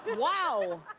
wow!